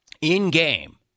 in-game